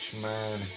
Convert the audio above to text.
man